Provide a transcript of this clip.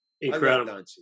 Incredible